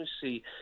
see